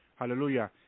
hallelujah